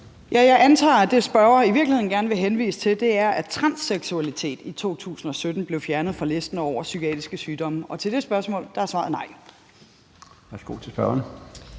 Jeg antager, at det, spørgeren i virkeligheden gerne vil henvise til, er, at transseksualitet i 2017 blev fjernet fra listen over psykiske sygdomme, og på det spørgsmål er svaret nej.